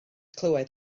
clywed